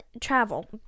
travel